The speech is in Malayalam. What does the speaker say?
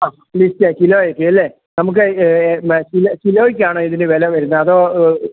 ആ മിക്സ് കിലോയ്ക്കല്ലേ നമുക്ക് കിലോ കിലോയ്ക്കാണോ ഇതിന് വില വരുന്നത് അതോ